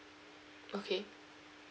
okay